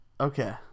Okay